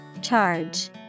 Charge